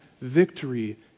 victory